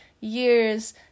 years